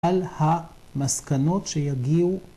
על המסקנות שיגיעו.